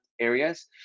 areas